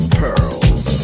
pearls